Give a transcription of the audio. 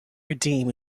redeem